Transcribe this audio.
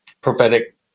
prophetic